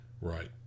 right